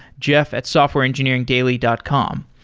jeff at softwareengineeringdaily dot com.